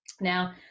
Now